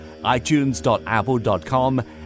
itunes.apple.com